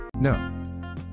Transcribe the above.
No